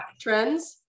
trends